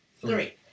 Three